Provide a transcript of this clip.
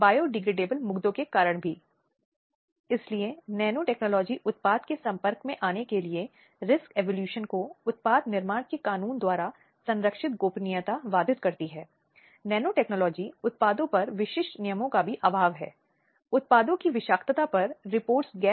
उन्होंने अधिकारों के प्रचार और जनमत को बढ़ावा देने समर्थन उत्पन्न करने और सामूहिक चिंताओं के प्रति काम करने में महत्वपूर्ण भूमिका निभाई है